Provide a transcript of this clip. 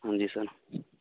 ਹਾਂਜੀ ਸਰ